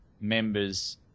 members